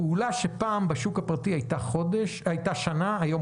פעולה שפעם בשוק הפרטי הייתה שנה, היום